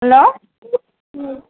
hello